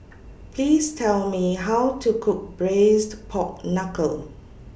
Please Tell Me How to Cook Braised Pork Knuckle